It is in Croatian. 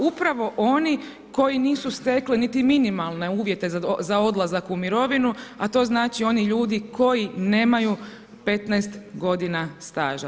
Upravo oni koji nisu stekli niti minimalne uvjete za odlazak u mirovinu, a to znači oni ljudi koji nemaju 15 godina staža.